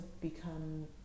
become